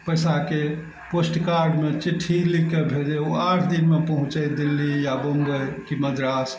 पैसाके पोस्ट कार्डमे चिठ्ठी लिख कऽ भेजय ओ आठ दिनमे पहुँचय दिल्ली या बम्बइ कि मद्रास